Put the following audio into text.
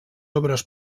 obres